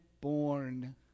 born